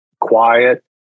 quiet